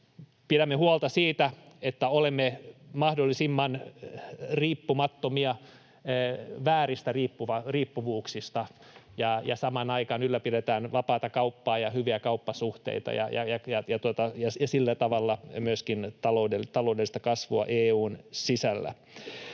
pidämme huolta siitä, että olemme mahdollisimman riippumattomia vääristä riippuvuuksista ja samaan aikaan ylläpidetään vapaata kauppaa ja hyviä kauppasuhteita ja sillä tavalla myöskin taloudellista kasvua EU:n sisällä.